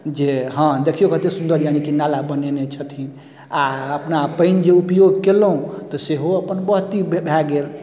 जे हँ देखियौ कते सुन्दर यानिकि नाला बनेने छथिन आओर अपना पानिन जे उपयोग केलहुँ तऽ सेहो अपन बहती भए गेल